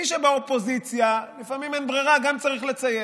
מי שבאופוזיציה, לפעמים אין ברירה, גם צריך לצייץ.